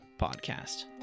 Podcast